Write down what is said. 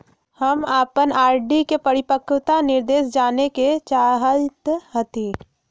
हम अपन आर.डी के परिपक्वता निर्देश जाने के चाहईत हती